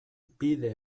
bide